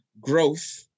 growth